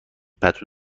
پتو